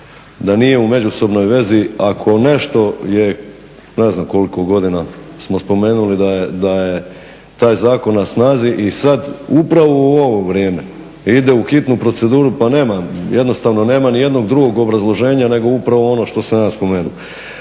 da nije u međusobnoj vezi ako nešto je, ne znam koliko godina smo spomenuli da je taj zakon na snazi i sada upravo u ovo vrijeme ide u hitnu proceduru, pa nema, jednostavno nema niti jednog drugo obrazloženja nego upravo ono što sam ja spomenuo.